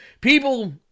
People